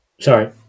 Sorry